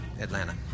Atlanta